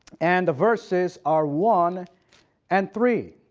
and the verses are one and three.